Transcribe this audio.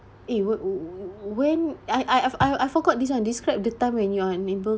eh wait w~ w~ w~ when I I I I forgot this one describe the time when you're unable